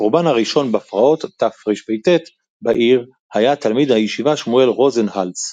הקרבן הראשון בפרעות תרפ"ט בעיר היה תלמיד הישיבה שמואל רוזנהולץ,